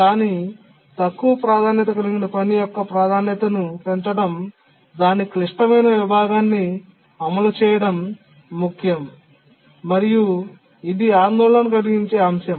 కానీ తక్కువ ప్రాధాన్యత కలిగిన పని యొక్క ప్రాధాన్యతను పెంచడం దాని క్లిష్టమైన విభాగాన్ని అమలు చేయడం ముఖ్యం మరియు ఇది ఆందోళన కలిగించే అంశం